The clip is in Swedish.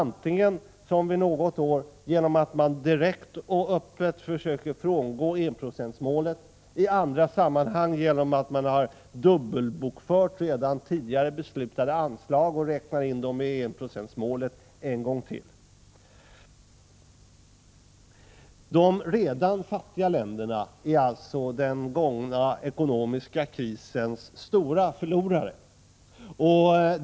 Vid ett tillfälle försökte de direkt och öppet frångå enprocentsmålet, och i andra sammanhang har de dubbelbokfört redan tidigare beslutade anslag och räknat in dem i enprocentsmålet ytterligare en gång. De redan fattiga länderna är alltså den ekonomiska krisens stora förlorare.